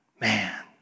Man